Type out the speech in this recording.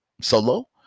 solo